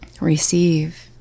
receive